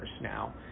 now